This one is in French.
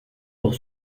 pour